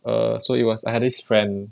err so it was I had his friend